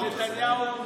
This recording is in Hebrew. רק נתניהו,